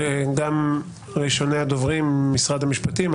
ראשוני הדוברים משרד המשפטים,